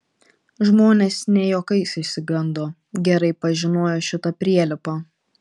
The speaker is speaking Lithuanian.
žmonės ne juokais išsigando gerai pažinojo šitą prielipą